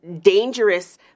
dangerous